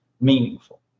meaningful